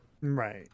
right